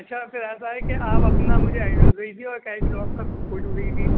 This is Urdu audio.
اچھا پھر ایسا ہے کہ آپ اپنا مجھے ایڈریس بھیج دیجیے اور کیٹیلاگ کا فوٹو بھیج دیجیے